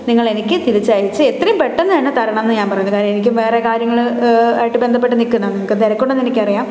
നിങ്ങൾ എനിക്ക് തിരിച്ചയച്ച് എത്രയും പെട്ടെന്ന് തന്നെ തരണം എന്ന് ഞാൻ പറയുന്നു കാര്യം എനിക്കും വേറെ കാര്യങ്ങൾ ആയിട്ട് ബന്ധപ്പെട്ട് നിൽക്കുന്നതാണ് നിങ്ങൾക്കും തിരക്കുണ്ടെന്ന് എനിക്കറിയാം